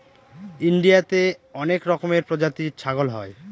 ইন্ডিয়াতে অনেক রকমের প্রজাতির ছাগল হয়